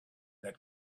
that